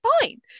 fine